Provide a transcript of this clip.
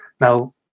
now